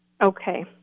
Okay